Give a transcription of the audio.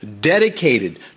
dedicated